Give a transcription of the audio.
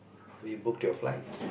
have you booked your flight